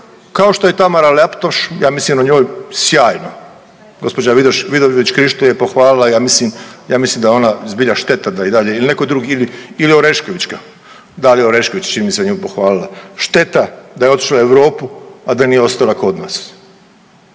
kao što je Tamara Laptoš, ja mislim o njoj sjajno. Gospođa Vidović Krišto je pohvalila ja mislim, ja mislim da je ona zbilja šteta da i dalje ili netko drugi ili Oreškovićka, Dalija Orešković čini mi se nju pohvalila. Šteta da je otišla u Europu, a da nije ostala kod nas.